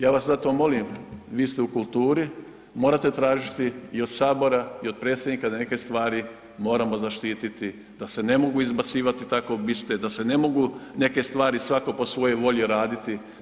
Ja vas zato molim, vi ste u kulturi, morate tražiti i od Sabora i od predsjednika da neke stvari moramo zaštiti, da se ne mogu izbacivati tako biste, da se ne mogu neke stvari, svako po svojoj volji raditi.